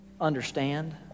understand